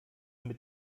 mit